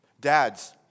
Dads